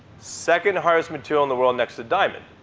second-hardest material in the world next to diamond.